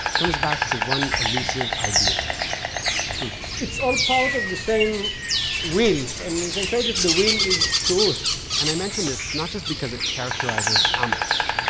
comes back to one elusive ideal truth it's all part of the same wheel, and you can say that the wheel is truth and i mention this not just because it characterizes amos,